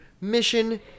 mission